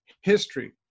history